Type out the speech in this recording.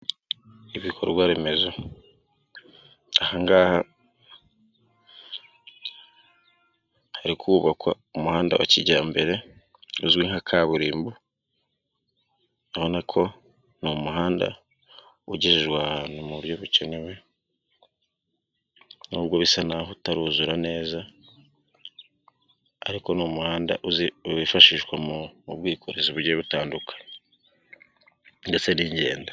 Ibikorwa remezo aha ngaha hari kubakwa umuhanda wa kijyambere uzwi nka kaburimbo, urabonako ni umuhanda ugejejwe ahantu mu buryo bukenewe nubwo bisa naho utaruzura neza ariko ni umuhanda wifashishwa mu bwikorezi butandukanye ndetse n'ingendo.